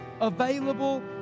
available